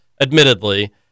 admittedly